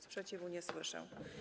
Sprzeciwu nie słyszę.